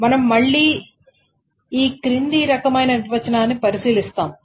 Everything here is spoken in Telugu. మనం మళ్ళీ ఈ క్రింది రకమైన నిర్వచనాన్ని పరిశీలిస్తాము